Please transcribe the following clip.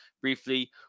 briefly